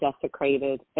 desecrated